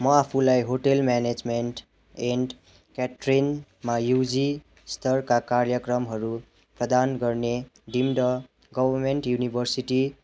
म आफूलाई hotel management and केटरिङमा युजी स्तरका कार्यक्रमहरू प्रदान गर्ने डिम्ड गभर्मेन्ट युनिभर्सिटी